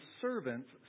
servant's